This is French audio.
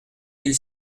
mille